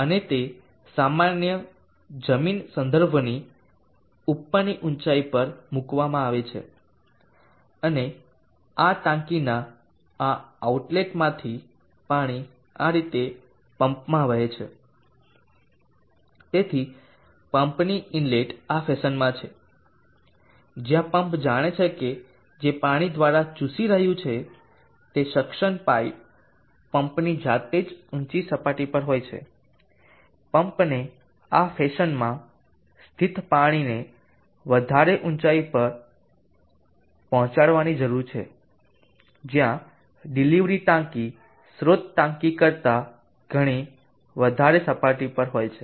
અને તે સામાન્ય જમીન સંદર્ભની ઉપરની ઊંચાઇ પર મૂકવામાં આવે છે અને આ ટાંકીના આ આઉટલેટમાંથી પાણી આ રીતે પંપમાં વહે છે તેથી પંપની ઇનલેટ આ ફેશનમાં છે જ્યાં પંપ જાણે છે કે જે પાણી દ્વારા ચૂસી રહ્યું છે તે સેક્શન પાઇપ પંપની જાતે જ ઉંચી સપાટી પર હોય છે પંપને આ ફેશનમાં સ્થિત પાણીને વધારે ઊંચાઇ સુધી પહોંચાડવાની જરૂર હોય છે જ્યાં ડિલિવરી ટાંકી સ્રોત ટાંકી કરતા ઘણી વધારે સપાટી પર હોય છે